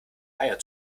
eier